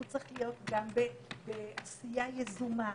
הוא צריך להיות גם בעשייה יזומה.